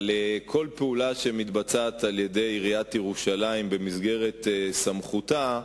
אבל כל פעולה שמתבצעת על-ידי עיריית ירושלים במסגרת סמכותה,